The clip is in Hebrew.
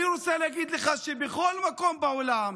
אני רוצה להגיד לך שבכל מקום בעולם